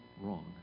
wrong